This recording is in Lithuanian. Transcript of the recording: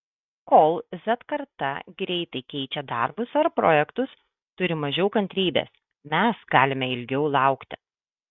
kol z karta greitai keičia darbus ar projektus turi mažiau kantrybės mes galime ilgiau laukti